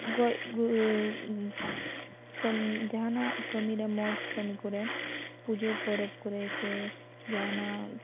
ᱜᱚᱡ ᱡᱟᱦᱟᱱᱟᱜ ᱠᱟᱹᱢᱤ ᱠᱚᱨᱮ ᱢᱚᱸᱡ ᱠᱟᱹᱢᱤ ᱠᱚᱨᱮ ᱯᱩᱡᱟᱹ ᱯᱚᱨᱚᱵ ᱠᱚᱨᱮ ᱡᱟᱦᱟᱱᱟᱜ